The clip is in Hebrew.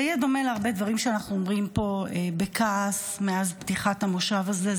זה יהיה דומה להרבה דברים שאנחנו אומרים פה בכעס מאז פתיחת המושב הזה.